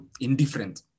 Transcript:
indifferent